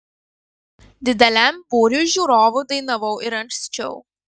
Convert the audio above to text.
dideliam būriui žiūrovų dainavau ir anksčiau